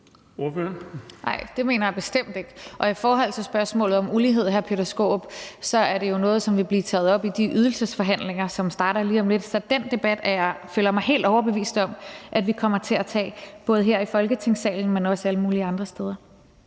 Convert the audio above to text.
det mener jeg bestemt ikke. Og i forhold til spørgsmålet om ulighed, hr. Peter Skaarup, er det jo noget, der vil blive taget op i de ydelsesforhandlinger, som starter lige om lidt. Så den debat føler jeg mig helt overbevist om at vi kommer til at tage både her i Folketingssalen, men også alle mulige andre steder.